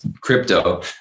crypto